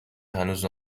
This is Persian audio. هنوز